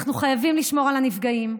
אנחנו חייבים לשמור על הנפגעים,